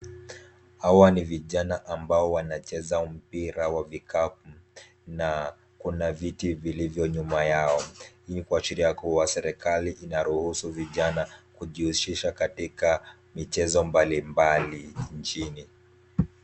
Hawa ni vijana ambao wanacheza mpira wa vikapu na kuna viti vilivyo nyuma yao. Hii ni kuashiria kuwa, serikali inaruhusu vijana kujihusisha katika michezo mbalimbali nchini.